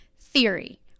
Theory